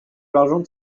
l’argent